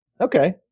Okay